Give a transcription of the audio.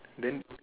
then